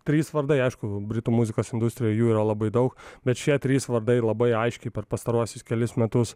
trys vardai aišku britų muzikos industrijoj jų yra labai daug bet šie trys vardai labai aiškiai per pastaruosius kelis metus